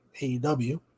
AEW